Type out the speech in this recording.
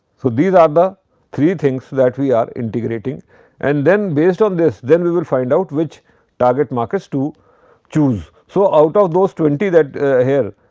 so, these are the three things that we are integrating and then based on this, then we will find out which target markets to choose. so, out of those twenty that here,